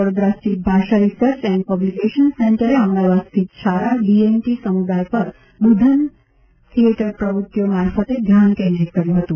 વડોદાર સ્થિત Bhasha research and publication સેન્ટરે અમદાવાદ સ્થિત છારા ડીએનટી સમુદાય પર બુધન થિયેટર પ્રવૃતિઓ મારફતે ધ્યાન કેન્દ્રિત કર્યું હતું